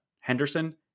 Henderson